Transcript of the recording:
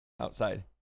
outside